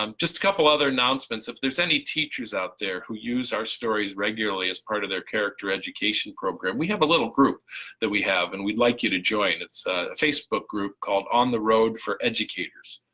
um just a couple other announcements, if there's any teachers out there who use our stories regularly as part of their character education program we have a little group that we have and we'd like you to join it's a facebook group called on the road for educators,